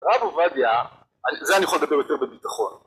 רב עובדיה, זה אני יכול לדבר יותר בביטחון